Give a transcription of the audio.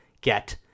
get